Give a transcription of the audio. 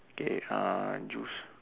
okay uh juice